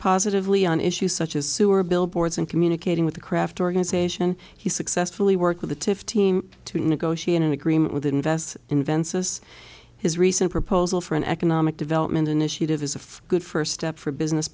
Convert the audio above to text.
positively on issues such as sewer billboards and communicating with the craft organization he successfully worked with a tiff team to negotiate an agreement with invests invensys his recent proposal for an economic development initiative is a good first step for business